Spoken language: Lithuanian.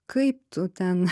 kaip tu ten